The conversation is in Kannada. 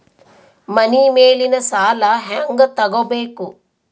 ಮನಿ ಮೇಲಿನ ಸಾಲ ಹ್ಯಾಂಗ್ ತಗೋಬೇಕು?